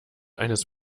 eines